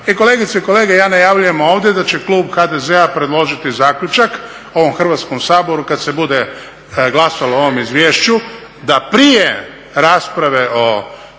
i kolegice i kolege, ja najavljujem ovdje da će klub HDZ-a predložiti zaključak ovom Hrvatskom saboru kad se bude glasalo o ovom izvješću da prije rasprave o